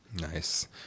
Nice